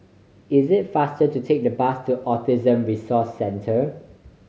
is it faster to take the bus to Autism Resource Centre